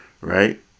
Right